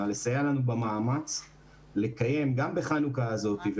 לסייע לנו במאמץ לקיים גם בחנוכה הזה עם